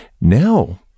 Now